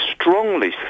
strongly